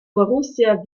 borussia